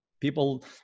people